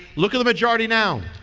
look at the majority now.